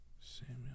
Samuel